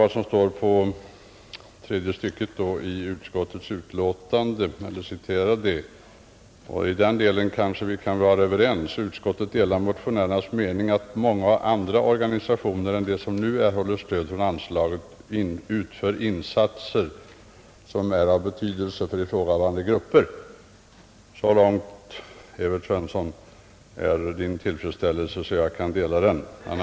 Jag skall be att få citera vad utskottet skriver i tredje stycket i sitt betänkande under denna punkt: ”Utskottet delar motionärernas mening att många andra organisationer än de som nu erhåller stöd från anslaget utför insatser som är av betydelse för ifrågavarande grupper.” Så långt kan jag dela herr Svenssons tillfredsställelse över utskottets skrivning.